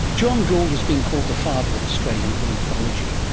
john gould has been called the father of australian ornithology.